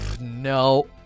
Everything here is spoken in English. no